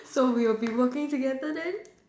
so we will be working together then